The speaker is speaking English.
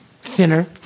thinner